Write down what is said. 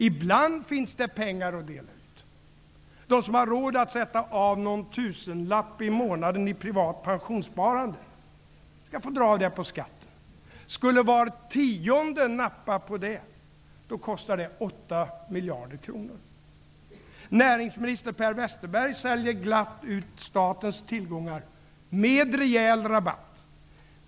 Ibland finns det pengar att dela ut. De som har råd att sätta av någon tusenlapp i månaden i privat pensionssparande skall få dra av detta på skatten. Skulle var tionde nappa på det erbjudandet, kostar det 8 miljarder kronor. Näringsminister Per Westerberg säljer glatt ut statens tillgångar med rejäl rabatt.